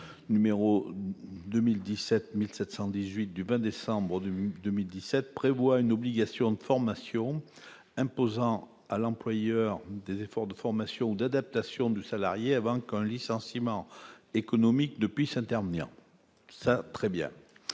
n° 2017-1718 du 20 décembre 2017, prévoit une obligation de formation, imposant à l'employeur des efforts de formation ou d'adaptation du salarié avant qu'un licenciement économique ne puisse intervenir. C'est très bien,